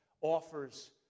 offers